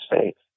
States